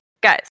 guys